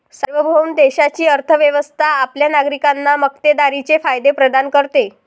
सार्वभौम देशाची अर्थ व्यवस्था आपल्या नागरिकांना मक्तेदारीचे फायदे प्रदान करते